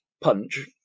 punch